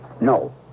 No